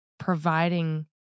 providing